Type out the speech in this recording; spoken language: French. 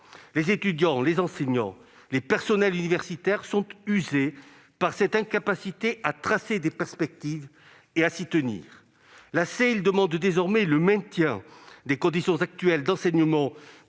Les étudiants, les enseignants et le personnel universitaire sont usés par cette incapacité à tracer des perspectives et à s'y tenir. Lassés, ils demandent désormais le maintien des conditions actuelles d'enseignement